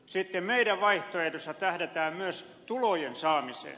sitten meidän vaihtoehdossamme tähdätään myös tulojen saamiseen